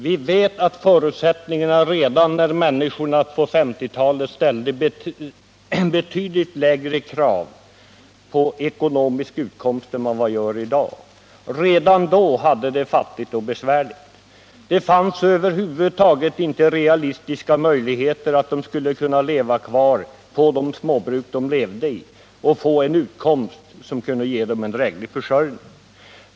Vi vet att människorna som på 1950-talet ställde betydligt lägre krav på ekonomisk utkomst än man gör i dag redan då hade det fattigt och besvärligt. Det fanns över huvud taget inte realistiska möjligheter för dem att leva kvar på sina småbruk och få en utkomst som kunde ge dem en dräglig försörjning.